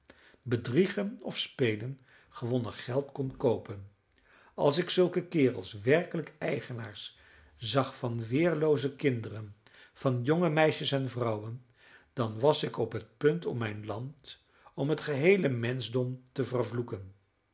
bedriegen of spelen gewonnen geld kon koopen als ik zulke kerels werkelijk eigenaars zag van weerlooze kinderen van jonge meisjes en vrouwen dan was ik op het punt om mijn land om het geheele menschdom te vervloeken